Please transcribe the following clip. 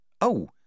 Oh